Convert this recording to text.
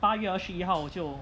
八月二十一号就